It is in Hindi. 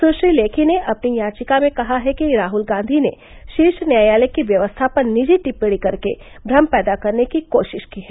सुश्री लेखी ने अपनी याचिका में कहा है कि राहुल गांधी ने शीर्ष न्यायालय की व्यवस्था पर निजी टिप्पणी करके भ्रम पैदा करने की कोशिश की है